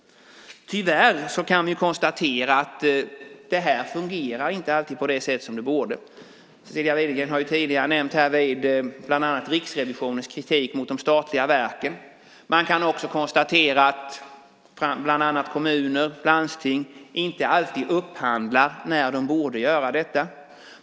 Tyvärr kan vi konstatera att detta inte alltid fungerar på det sätt som det borde fungera på. Cecilia Widegren har tidigare här nämnt bland annat Riksrevisionens kritik mot de statliga verken. Man kan också konstatera att bland andra kommuner och landsting inte alltid upphandlar när de borde göra det.